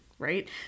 right